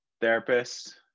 therapist